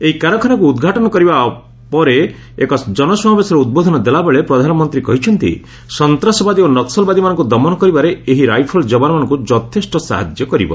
ଏହି କାରଖାନାକୁ ଉଦ୍ଘାଟନ କରିସାରିବା ପରେ ଏକ ଜନସମାବେଶରେ ଉଦ୍ବୋଧନ ଦେଲାବେଳେ ପ୍ରଧାନମନ୍ତ୍ରୀ କହିଛନ୍ତି ସନ୍ତାସବାଦୀ ଓ ନକ୍କଲବାଦୀମାନଙ୍କୁ ଦମନ କରିବାରେ ଏହି ରାଇଫଲ୍ ଯବାନମାନଙ୍କୁ ଯଥେଷ୍ଟ ସାହାଯ୍ୟ କରିବ